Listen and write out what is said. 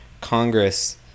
Congress